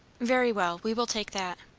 very well. we will take that.